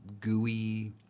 gooey